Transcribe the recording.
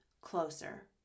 closer